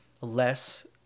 less